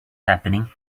happening